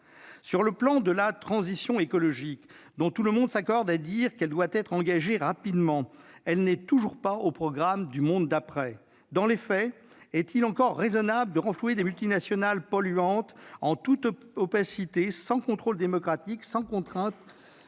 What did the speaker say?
Sur le plan de la transition écologique, dont tout le monde s'accorde à dire qu'elle doit être engagée rapidement, elle n'est toujours pas au programme du « monde d'après ». Dans les faits, est-il encore raisonnable de renflouer des multinationales polluantes, en toute opacité, sans contrôle démocratique, sans contraintes